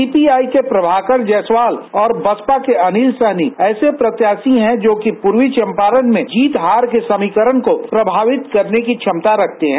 CPI के प्रभाकर जायसवाल और बसपा के अनिल सहनी ऐसे प्रत्याशी है जो पूर्वी चंपारण में जीत हार के समीकरण को प्रभावित करने की क्षमता रखते हैं